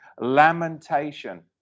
lamentation